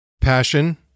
Passion